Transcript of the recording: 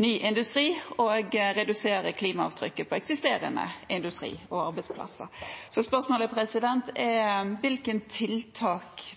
ny industri og redusere klimaavtrykket på eksisterende industri og arbeidsplasser. Så spørsmålet er: Hvilke tiltak